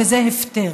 וזה הפטר: